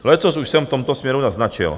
Leccos už jsem v tomto směru naznačil.